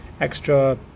extra